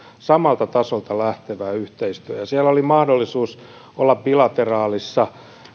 samalta tasolta lähtevä yhteistyö siellä oli mahdollisuus olla bilateraalissa